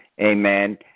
amen